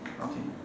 okay